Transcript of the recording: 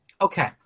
Okay